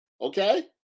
Okay